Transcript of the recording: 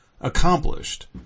accomplished